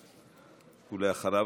ואחריו,